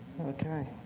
okay